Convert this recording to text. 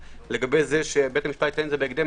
לגבי זה שבית המשפט ייתן את זה בהקדם